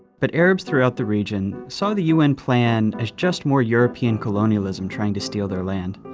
but arabs throughout the region saw the un plan as just more european colonialism trying to steal their land.